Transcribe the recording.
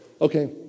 Okay